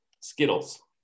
Skittles